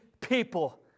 people